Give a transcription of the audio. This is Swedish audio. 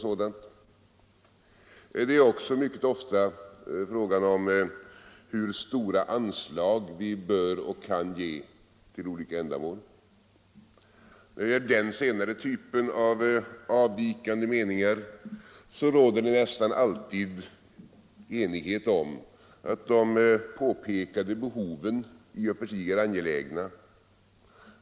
Reservationerna gäller mycket ofta avvikande meningar om hur stora anslag vi bör och kan ge till olika ändamål. När det gäller den senare typen av frågor råder det nästan alltid enighet om att de påtalade behoven i och för sig är angelägna.